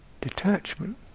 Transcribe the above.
detachment